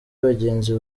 bagenzi